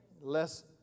less